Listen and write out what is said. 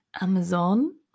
Amazon